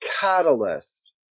catalyst